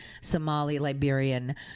Somali-Liberian